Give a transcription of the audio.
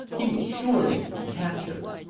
he would surely be captured.